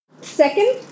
Second